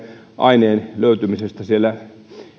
aineen löytymisestä